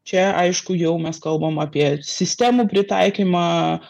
čia aišku jau mes kalbam apie sistemų pritaikymą